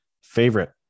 favorite